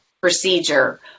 procedure